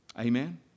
Amen